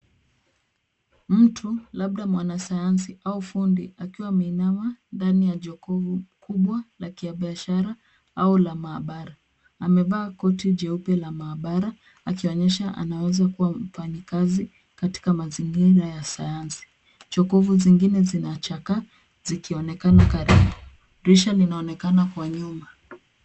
Mtu labda mwanasayansi au fundi akiwa ameinama ndani ya jokovu kubwa la kibashara au la maabara. Amevaa koti jeupe la maabara akionyesha anaweza kuwa mfanyakazi katika mazingira ya sayansi. Jokovu zingine zinachakaa zikionekana karibu. Dirisha linaonekana kwa nyumba.